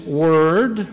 word